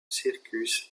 circus